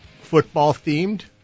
football-themed